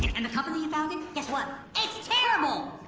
and the company you founded? guess what? it's terrible.